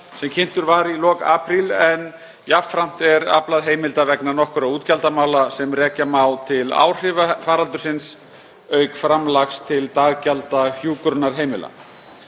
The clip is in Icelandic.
sem kynntur var í lok apríl, en jafnframt er aflað heimilda vegna nokkurra útgjaldamála sem rekja má til áhrifa faraldursins auk framlags til daggjalda hjúkrunarheimila.